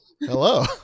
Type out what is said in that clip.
Hello